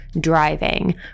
driving